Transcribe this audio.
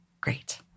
Great